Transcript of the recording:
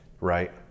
Right